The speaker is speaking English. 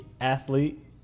athlete